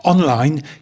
Online